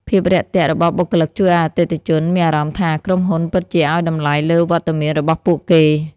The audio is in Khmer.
ភាពរាក់ទាក់របស់បុគ្គលិកជួយឱ្យអតិថិជនមានអារម្មណ៍ថា ក្រុមហ៊ុនពិតជាឱ្យតម្លៃលើវត្តមានរបស់ពួកគេ។